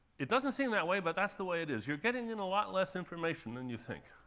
it doesn't seem that way, but that's the way it is. you're getting in a lot less information than you think.